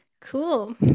Cool